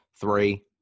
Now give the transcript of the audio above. Three